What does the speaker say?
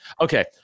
okay